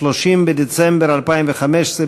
30 בדצמבר 2015,